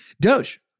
Doge